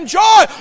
joy